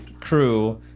crew